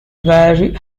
very